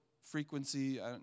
Frequency